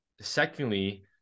secondly